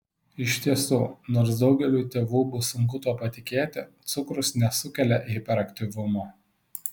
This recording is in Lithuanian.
iš tiesų nors daugeliui tėvų bus sunku tuo patikėti cukrus nesukelia hiperaktyvumo